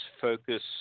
focus